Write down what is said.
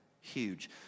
Huge